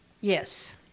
Yes